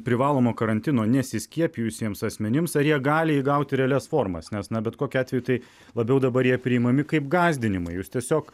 privalomo karantino nesiskiepijusiems asmenims ar jie gali įgauti realias formas nes na bet kokiu atveju tai labiau dabar jie priimami kaip gąsdinimai jūs tiesiog